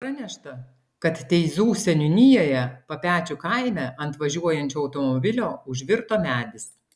pranešta kad teizų seniūnijoje papečių kaime ant važiuojančio automobilio užvirto medis